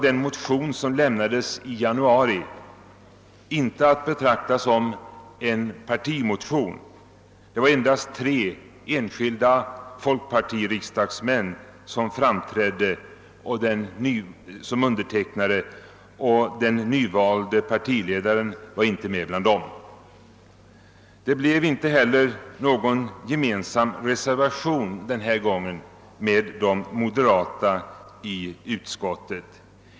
Den motion som väcktes i januari var inte att betrakta som en partimotion, det var endast tre enskilda = folkpartiriksdagsmän «som framträdde som undertecknare, och den nyvalde partiledaren var inte med bland dem. Och det blev inte någon gemensam reservation denna gång med de moderata i utskottet.